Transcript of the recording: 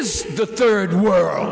is the third world